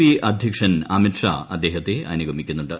P അധ്യക്ഷൻ അമിത്ഷാ അദ്ദേഹത്തെ അനുഗമിക്കുന്നുണ്ട്